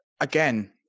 again